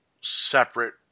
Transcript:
separate